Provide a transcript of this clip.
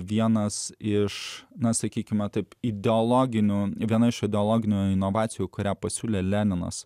vienas iš na sakykime taip ideologinių viena iš ideologinių inovacijų kurią pasiūlė leninas